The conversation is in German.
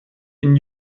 ihn